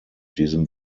diesem